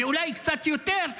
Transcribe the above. ואולי קצת יותר,